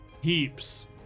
heaps